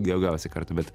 daugiausiai kartų bet